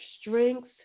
strengths